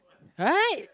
right